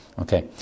Okay